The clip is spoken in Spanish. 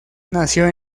nació